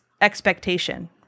expectation